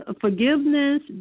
forgiveness